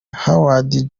howard